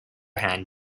hand